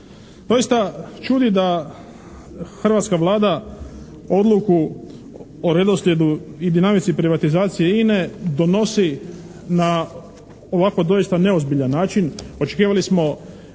Doista čudi da hrvatska Vlada odluku o redoslijedu i dinamici privatizacije INA-e donosi na ovako doista neozbiljan način.